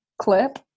clip